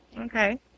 Okay